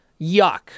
Yuck